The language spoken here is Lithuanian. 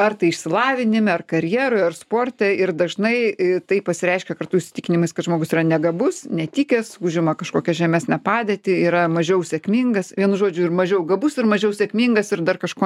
ar tai išsilavinime ar karjeroj ar sporte ir dažnai tai pasireiškia kartu įsitikinimais kad žmogus yra negabus netikęs užima kažkokią žemesnę padėtį yra mažiau sėkmingas vienu žodžiu ir mažiau gabus ir mažiau sėkmingas ir dar kažko